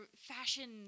fashion